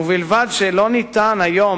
ובלבד שלא ניתן היום,